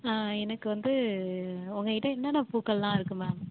ஆ எனக்கு வந்து உங்கள் கிட்டே என்னென்ன பூக்களெலாம் இருக்குது மேம்